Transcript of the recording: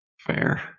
fair